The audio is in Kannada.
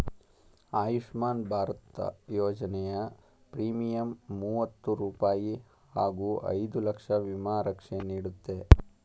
ಆಯುಷ್ಮಾನ್ ಭಾರತ ಯೋಜನೆಯ ಪ್ರೀಮಿಯಂ ಮೂವತ್ತು ರೂಪಾಯಿ ಹಾಗೂ ಐದು ಲಕ್ಷ ವಿಮಾ ರಕ್ಷೆ ನೀಡುತ್ತೆ